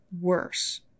worse